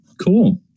Cool